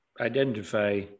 identify